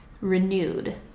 renewed